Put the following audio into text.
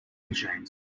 machine